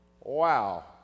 wow